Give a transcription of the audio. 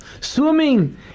Swimming